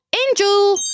angel